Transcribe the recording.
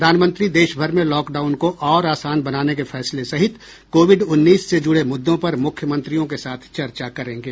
प्रधानमंत्री देश भर में लॉकडाउन को और आसान बनाने के फैसले सहित कोविड उन्नीस से जुड़े मुद्दों पर मुख्यमंत्रियों के साथ चर्चा करेंगे